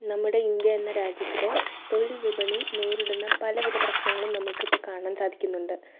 നമ്മുടെ ഇന്ത്യ എന്ന രാജ്യത്തിലെ തൊഴിൽ വിപണി നേരിടുന്ന പല വിധ പ്രശ്നങ്ങളും നമ്മൾക്കിപ്പം കാണാൻ സാധിക്കുന്നുണ്ട്